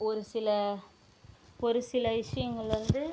ஒரு சில ஒரு சில விஷியங்களை வந்து